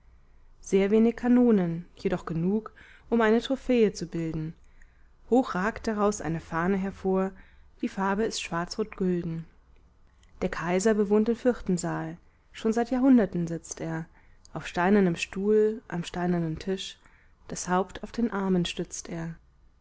sehr wenig kanonen jedoch genug um eine trophäe zu bilden hoch ragt daraus eine fahne hervor die farbe ist schwarzrotgülden der kaiser bewohnt den vierten saal schon seit jahrhunderten sitzt er auf steinernem stuhl am steinernen tisch das haupt auf den armen stützt er